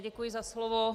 Děkuji za slovo.